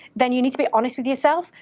then you need to be honest with yourself,